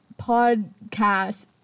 podcast